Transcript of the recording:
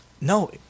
No